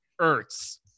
Ertz